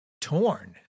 torn